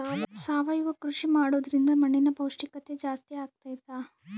ಸಾವಯವ ಕೃಷಿ ಮಾಡೋದ್ರಿಂದ ಮಣ್ಣಿನ ಪೌಷ್ಠಿಕತೆ ಜಾಸ್ತಿ ಆಗ್ತೈತಾ?